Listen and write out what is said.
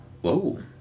whoa